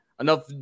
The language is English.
enough